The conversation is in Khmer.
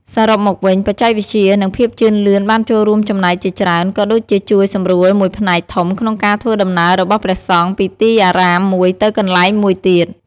សរុបមកវិញ បច្ចេកវិទ្យា និងភាពជឿនលឿនបានចូលរូមចំណែកជាច្រើន ក៏ដូចជាជួយសម្រួលមួយផ្នែកធំក្នុងការធ្វើដំណើររបស់ព្រះសង្ឃពីទីអារាមមួយទៅកន្លែងមួយទៀត។